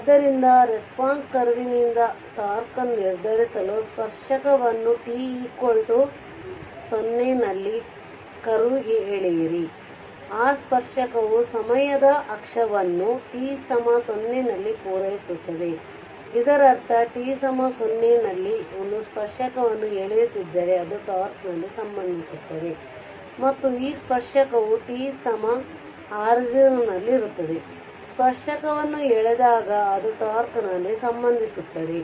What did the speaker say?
ಆದ್ದರಿಂದ ರೆಸ್ಪಾನ್ಸ್ ಕರ್ವ್ನಿಂದ τ ಅನ್ನು ನಿರ್ಧರಿಸಲು ಸ್ಪರ್ಶಕವನ್ನು t 0 ನಲ್ಲಿ ಕರ್ವ್ಗೆ ಎಳೆಯಿರಿ ಆ ಸ್ಪರ್ಶಕವು ಸಮಯದ ಅಕ್ಷವನ್ನು t 0 ನಲ್ಲಿ ಪೂರೈಸುತ್ತದೆ ಇದರರ್ಥ t 0 ನಲ್ಲಿ ಒಂದು ಸ್ಪರ್ಶಕವನ್ನು ಎಳೆಯುತ್ತಿದ್ದರೆ ಅದು τ ನಲ್ಲಿ ಸಂಧಿಸುತ್ತದೆ ಮತ್ತು ಈ ಸ್ಪರ್ಶಕವು t r 0 ನಲ್ಲಿರುತ್ತದೆ ಸ್ಪರ್ಶಕವನ್ನು ಎಳೆದಾಗ ಅದು τ ನಲ್ಲಿ ಸಂಧಿಸುತ್ತದೆ